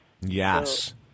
Yes